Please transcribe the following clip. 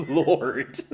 lord